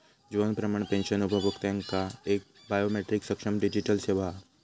जीवन Pramaan pension उपभोक्त्यांका एक biometric सक्षम डिजीटल सेवा हा